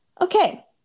okay